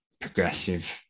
progressive